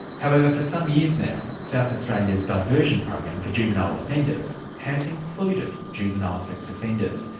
however, for some years now, south australia's diversion program for juvenile offenders has included juvenile sex offenders.